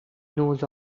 knows